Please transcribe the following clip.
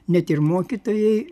net ir mokytojai